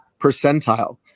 percentile